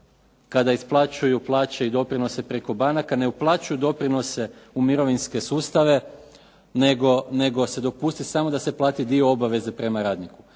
kada isplaćuju plaće i doprinose preko banaka ne uplaćuju doprinose u mirovinske sustave, nego se dopusti samo da se plati dio obaveze prema radniku.